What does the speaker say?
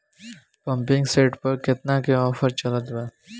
Pumping set पर केतना के ऑफर चलत बा?